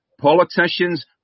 politicians